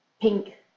pink